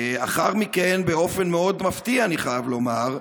לאחר מכן, באופן מאוד מפתיע, אני חייב לומר,